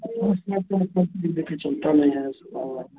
case में तो इतना कोई लेकर चलता नहीं है समान लेने